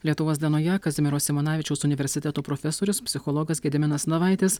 lietuvos dienoje kazimiero simonavičiaus universiteto profesorius psichologas gediminas navaitis